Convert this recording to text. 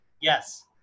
yes